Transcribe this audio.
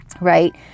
right